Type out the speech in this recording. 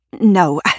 No